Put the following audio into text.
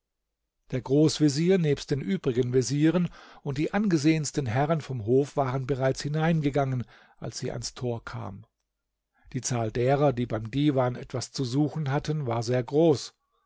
der großvezier nebst den übrigen vezieren und die angesehensten herren vom hof waren bereits hineingegangen als sie ans tor kam die zahl derer die beim divan etwas zu suchen hatten war sehr groß